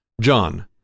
John